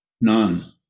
None